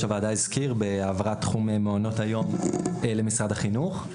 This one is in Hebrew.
הוועדה הזכיר בהעברת תחום מעונות היום למשרד החינוך.